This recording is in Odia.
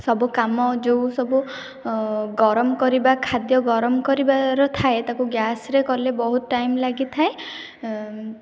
ସବୁ କାମ ଯେଉଁସବୁ ଗରମ କରିବା ଖାଦ୍ୟ ଗରମ କରିବାର ଥାଏ ତାକୁ ଗ୍ୟାସରେ କଲେ ବହୁତ ଟାଇମ୍ ଲାଗିଥାଏ